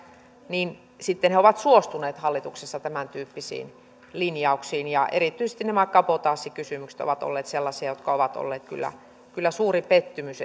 niin sitten he ovat suostuneet hallituksessa tämäntyyppisiin linjauksiin ja erityisesti nämä kabotaasikysymykset ovat olleet sellaisia jotka ovat olleet kyllä kyllä suuri pettymys